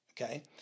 Okay